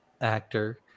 actor